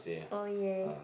oh yeah